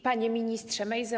Panie Ministrze Mejzo!